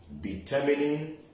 Determining